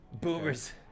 boomers